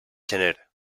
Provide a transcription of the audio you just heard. gener